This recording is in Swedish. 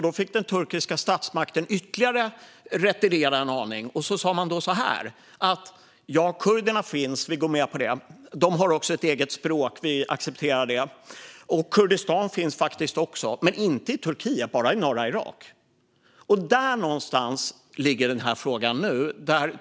Då fick den turkiska statsmakten retirera ytterligare en aning och sa så här: Ja, kurderna finns, det går vi med på. Och de har också ett eget språk, det accepterar vi. Och Kurdistan finns faktiskt också, men inte i Turkiet utan bara i norra Irak. Där någonstans ligger den här frågan nu.